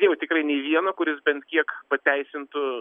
jau tikrai nė vieno kuris bent kiek pateisintų